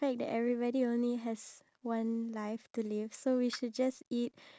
!huh! but you just assumed that I have a yellow shop in my paper